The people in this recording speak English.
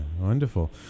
Wonderful